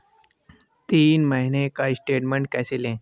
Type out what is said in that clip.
तीन महीने का स्टेटमेंट कैसे लें?